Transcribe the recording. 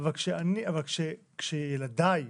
אבל כשילדיי